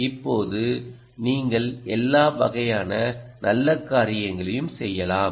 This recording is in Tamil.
இப்போது நீங்கள் எல்லா வகையான நல்ல காரியங்களையும் செய்யலாம்